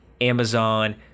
amazon